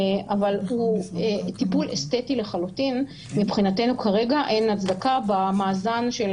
אבל הוא טיפול אסתטי לחלוטין מבחינתנו כרגע אין הצדקה במאזן של